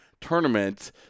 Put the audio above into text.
tournament